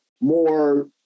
more